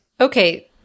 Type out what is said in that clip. Okay